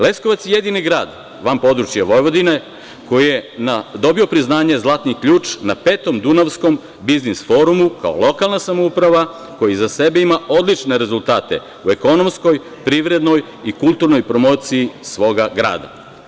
Leskovac je jedini grad van područja Vojvodine koji je dobio priznanje „Zlatni ključ“ na Petom dunavskom biznis forumu, kao lokalna samouprava, koji iza sebe ima odlične rezultate, u ekonomskoj, privrednoj i kulturnoj promociji svoga grada.